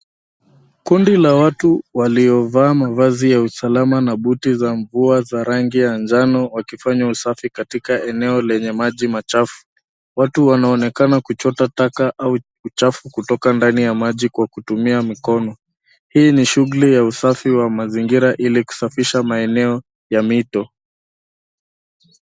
Kundi la watu waliovaa mavazi ya usalama na buti za mvua za rangi ya njano wakifanya usafi katika eneo lenye maji machafu. Watu wanaonekana kuchota taka au uchafu kutoka ndani ya maji kwa kutumia mikono. Hii ni shughuli ya usafi wa mazingira ili kusafisha maeneo ya mito.